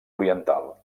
oriental